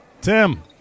Tim